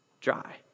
dry